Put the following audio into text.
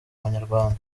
banyarwanda